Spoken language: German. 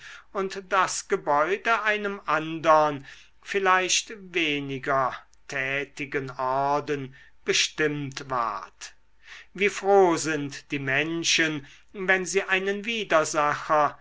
und das gebäude einem andern vielleicht weniger tätigen orden bestimmt ward wie froh sind die menschen wenn sie einen widersacher